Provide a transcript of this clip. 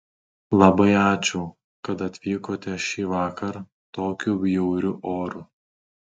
labai ačiū kad atvykote šįvakar tokiu bjauriu oru